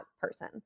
person